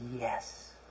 yes